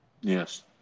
Yes